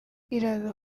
iraza